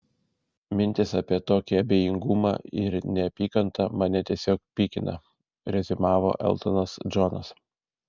mintys apie tokį abejingumą ir neapykantą mane tiesiog pykina reziumavo eltonas džonas